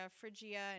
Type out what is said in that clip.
Phrygia